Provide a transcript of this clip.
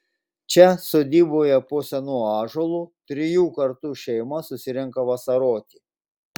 čia sodyboje po senu ąžuolu trijų kartų šeima susirenka vasaroti